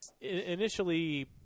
initially